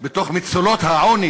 מצולות העוני